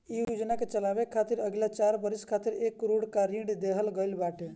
इ योजना के चलावे खातिर अगिला चार बरिस खातिर एक करोड़ कअ ऋण देहल गईल बाटे